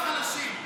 לא שואל אותך.